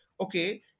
okay